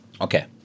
Okay